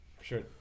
Sure